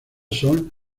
son